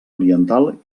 oriental